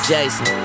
Jason